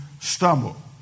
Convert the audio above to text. stumble